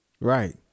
Right